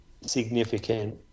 significant